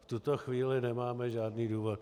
V tuto chvíli nemáme žádný důvod.